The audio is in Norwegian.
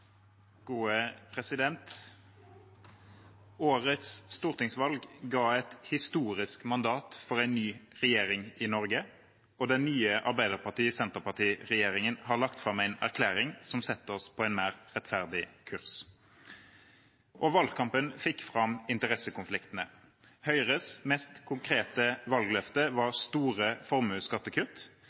Årets stortingsvalg ga et historisk mandat for en ny regjering i Norge, og den nye Arbeiderparti–Senterparti-regjeringen har lagt fram en plattform som setter oss på en mer rettferdig kurs. Valgkampen fikk fram interessekonfliktene. Høyres mest konkrete valgløfte var store formuesskattekutt,